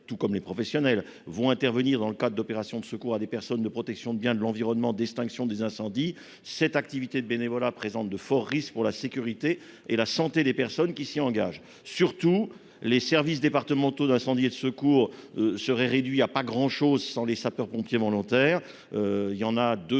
tout comme les professionnels, interviennent dans le cadre d'opérations de secours à des personnes, de protection des biens et de l'environnement, d'extinction des incendies. Cette activité bénévole présente de forts risques pour la sécurité et la santé des personnes qui s'y engagent. Surtout, les services départementaux d'incendie et de secours seraient réduits à peu de chose sans les sapeurs-pompiers volontaires. En effet,